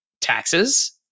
taxes